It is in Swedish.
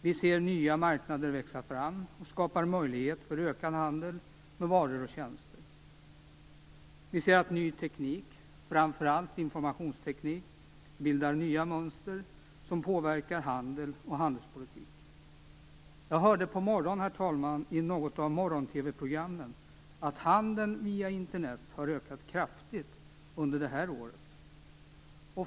Vi ser nya marknader växa fram och skapa möjligheter för ökad handel med varor och tjänster. Vi ser att ny teknik, framför allt informationsteknik, bildar nya mönster som påverkar handel och handelspolitik. Jag hörde på morgonen i något av morgon-TV programmen, herr talman, att handeln via Internet har ökat kraftigt under detta år.